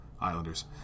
Islanders